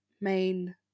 main